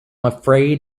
afraid